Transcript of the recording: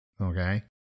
Okay